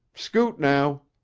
scoot, now.